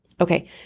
Okay